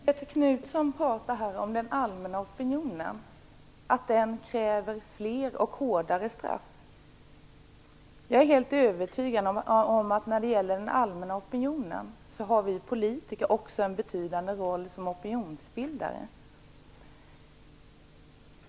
Fru talman! Göthe Knutson säger att den allmänna opinionen kräver fler och hårdare straff. Jag är helt övertygad om att vi politiker också spelar en betydande roll som opinionsbildare.